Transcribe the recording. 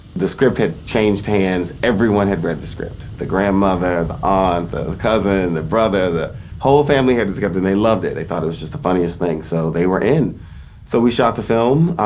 the script had changed hands. everyone had read the script the grandmother, the ah aunt, the the cousin, the brother. the whole family had the script, and they loved it. they thought it was just the funniest thing, so they were in so we shot the film.